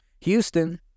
Houston